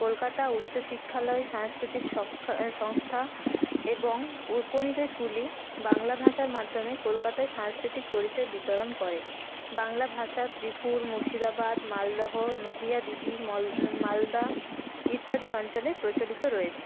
কলকাতা উচ্চ শিক্ষালয় সাংস্কৃতিক সংস্থা এবং উপনিবেশগুলি বাংলা ভাষার মাধ্যমে কলকাতায় সাংস্কৃতিক পরিচয় বিতরণ করে বাংলা ভাষা ত্রিপুরা মুর্শিদাবাদ মালদহ নদীয়া দিঘী মালদা ইত্যাদি অঞ্চলে প্রচলিত রয়েছে